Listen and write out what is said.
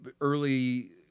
early